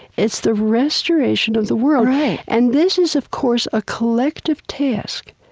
it's the restoration of the world and this is of course a collective task.